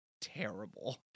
terrible